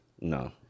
No